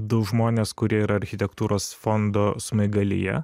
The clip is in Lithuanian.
du žmonės kurie yra architektūros fondo smaigalyje